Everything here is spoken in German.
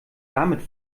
damit